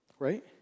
right